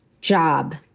job